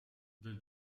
del